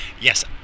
yes